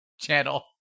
Channel